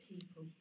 people